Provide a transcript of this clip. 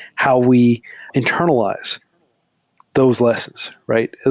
how we internalize those lessons, right?